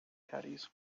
caddies